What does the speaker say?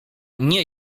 nie